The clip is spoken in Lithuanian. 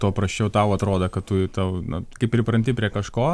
tuo prasčiau tau atrodo kad tu tau na kai pripranti prie kažko